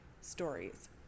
stories